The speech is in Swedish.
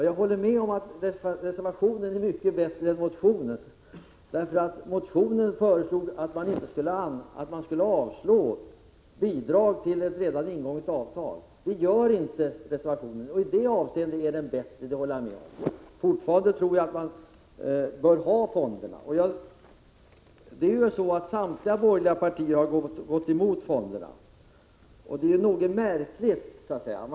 Jag håller med om att reservationen är mycket bättre än motionen, därför att i motionen föreslås att riksdagen skall avslå bidrag som utgår enligt ett redan ingånget avtal, vilket däremot inte föreslås i reservationen. I det avseendet håller jag alltså med om att reservationen är bättre. Jag anser fortfarande att fonderna bör vara kvar. Samtliga borgerliga partier har gått emot fonderna, och det är märkligt.